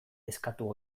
eskatu